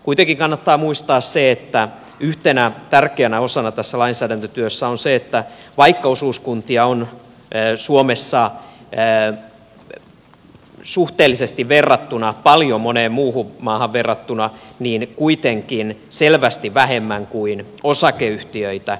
kuitenkin kannattaa muistaa se että yhtenä tärkeänä osana tässä lainsäädäntötyössä on se että vaikka osuuskuntia on suomessa suhteellisesti paljon moneen muuhun maahan verrattuna niin niitä on kuitenkin selvästi vähemmän kuin osakeyhtiöitä